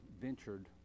ventured